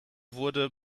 wurde